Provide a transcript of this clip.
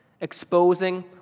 exposing